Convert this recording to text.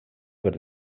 per